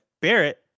Barrett